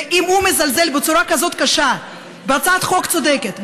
ואם הוא מזלזל בצורה כזאת קשה בהצעת חוק צודקת,